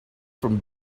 from